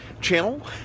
channel